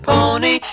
Pony